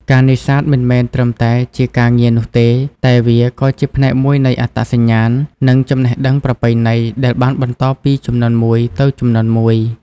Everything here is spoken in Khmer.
ការនេសាទមិនមែនត្រឹមតែជាការងារនោះទេ តែវាក៏ជាផ្នែកមួយនៃអត្តសញ្ញាណ និងចំណេះដឹងប្រពៃណីដែលបានបន្តពីជំនាន់មួយទៅជំនាន់មួយ។